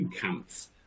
camps